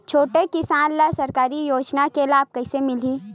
छोटे किसान ला सरकारी योजना के लाभ कइसे मिलही?